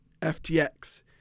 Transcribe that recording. FTX